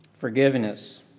Forgiveness